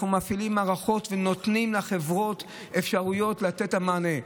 אנחנו מפעילים מערכות ונותנים לחברות אפשרויות לתת את המענה,